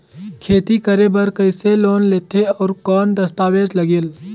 खेती करे बर कइसे लोन लेथे और कौन दस्तावेज लगेल?